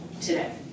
today